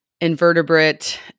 invertebrate